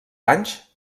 anys